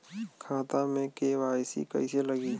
खाता में के.वाइ.सी कइसे लगी?